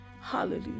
Hallelujah